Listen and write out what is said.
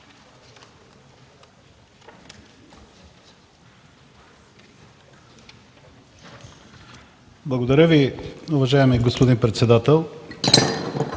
Благодаря Ви, уважаеми господин председател.